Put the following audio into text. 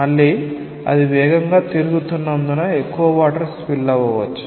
మళ్ళీ అది వేగంగా తిరుగుతున్నందున ఎక్కవ వాటర్ స్పిల్ అవ్వవచ్చు